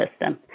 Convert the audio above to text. system